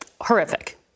horrific